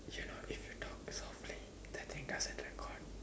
you know if you talk softly the thing doesn't record